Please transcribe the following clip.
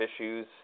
issues